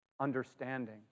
understanding